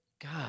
god